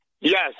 Yes